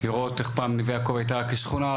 לראות איך פעם נווה יעקב הייתה שכונת